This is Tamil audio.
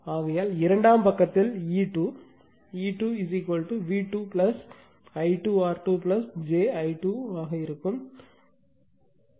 ஆகையால் இரண்டாம் பக்கத்தில் E2 E2 V2 I2 R2 j I2 ஆக இருக்கும்